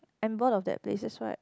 I'm bored of that place that's why